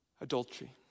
Adultery